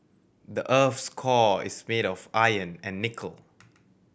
the earth's core is made of iron and nickel